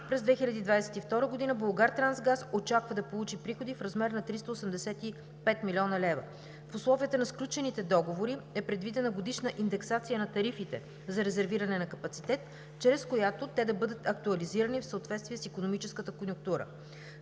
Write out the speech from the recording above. през 2022 г. „Булгартрансгаз“ очаква да получи приходи в размер на 385 млн. лв. В условията на сключените договори е предвидена годишна индексация на тарифите за резервиране на капацитет, чрез която те да бъдат актуализирани в съответствие с икономическата конюнктура.